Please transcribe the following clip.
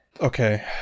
Okay